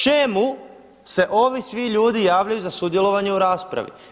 Čemu se ovi svi ljudi javljaju za sudjelovanje u raspravi?